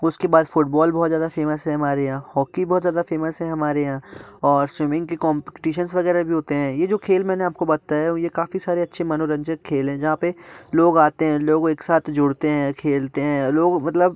उसके बाद फुटबॉल बहुत ज़्यादा फेमस है हमारे यहाँ हॉकी बहुत ज़्यादा फेमस है हमारे यहाँ स्विमिंग की कॉम्पटीसन्स वगैरह भी होते हैं ये जो खेल मैंने आपको बताया ये काफ़ी सारे अच्छे मनोरंजक खेल है जहाँ पे लोग आते हैं लोग एक साथ जुड़ते हैं खेलते हैं लोग मतलब